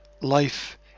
Life